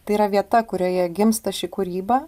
tai yra vieta kurioje gimsta ši kūryba